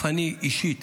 אני אישית